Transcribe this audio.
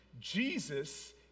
Jesus